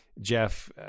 Jeff